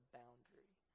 boundary